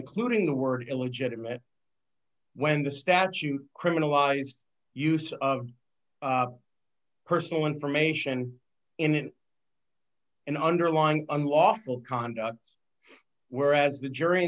including the word illegitimate when the statute criminalized use of personal information in an underlying unlawful conduct whereas the jury